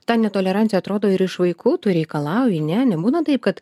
ta netolerancija atrodo ir iš vaikų tu reikalauji ne nebūna taip kad